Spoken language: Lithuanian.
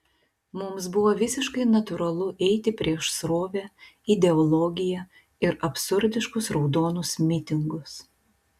mums buvo visiškai natūralu eiti prieš srovę ideologiją ir absurdiškus raudonus mitingus